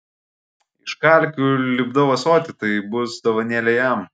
iš kalkių lipdau ąsotį tai bus dovanėlė jam